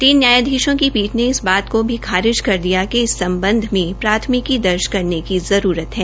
तीन न्यायाधीशों की पीठ ने इस बात को भी खारिज कर दिया कि इस सम्बध में प्राथमिकी दर्ज करने की जरूरत है